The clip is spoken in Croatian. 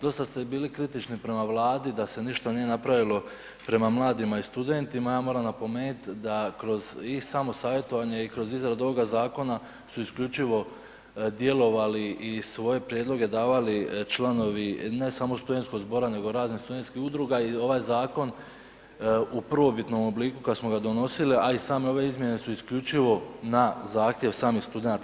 Dosta ste bili kritični prema Vladi da se ništa nije napravilo prema mladima i studentima, a ja moram napomenuti da kroz i samo savjetovanje i kroz izradu ovog zakona su isključivo djelovali i svoje prijedloge davali članovi ne samo Studentskog zbora nego raznih studentskih udruga i ovaj zakon u prvobitnom obliku kada smo ga donosili, a i same ove izmjene su isključivo na zahtjev samih studenata.